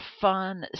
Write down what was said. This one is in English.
fun